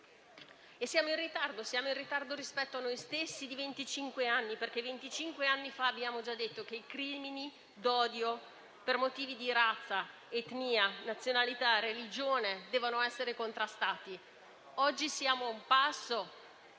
Siamo in ritardo rispetto a noi stessi di venticinque anni, perché venticinque anni fa abbiamo già detto che i crimini d'odio per motivi di razza, etnia, nazionalità e religione dovessero essere contrastati. Oggi siamo a un passo